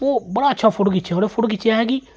ओह् बड़ा अच्छा फोटो खिच्चेआ हा उ'नें फोटो खिच्चेआ हा कि